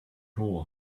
hole